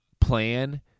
plan